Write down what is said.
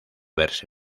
verse